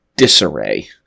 disarray